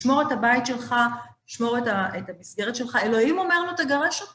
לשמור את הבית שלך, לשמור את המסגרת שלך. אלוהים אומרנו, תגרש אותו